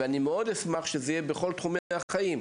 אני מאוד אשמח שזה יהיה בכל תחומי החיים.